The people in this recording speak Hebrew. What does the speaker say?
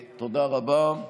תודה רבה.